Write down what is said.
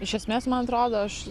iš esmės man atrodo aš